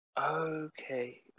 Okay